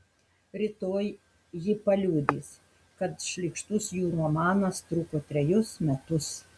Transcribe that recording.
rytoj ji paliudys kad šlykštus jų romanas truko trejus metus